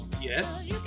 Yes